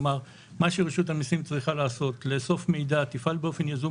כלומר מה שרשות המיסים צריכה לעשות: לאסוף מידע תפעל באופן יזום